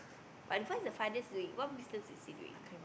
but to find the father's doing what business is he doing